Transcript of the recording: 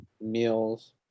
meals